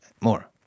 more